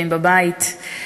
צופים בבית,